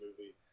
movie